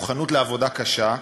מוכנות לעבודה קשה,